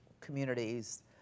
communities